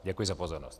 Děkuji za pozornost.